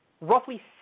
roughly